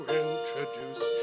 introduce